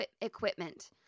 Equipment